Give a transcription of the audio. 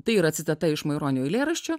tai yra citata iš maironio eilėraščio